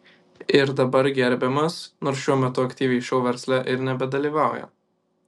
ir dabar gerbiamas nors šiuo metu aktyviai šou versle ir nebedalyvauja